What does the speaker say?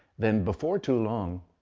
then before too long,